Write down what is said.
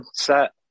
set